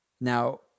Now